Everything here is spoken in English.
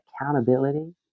accountability